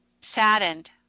saddened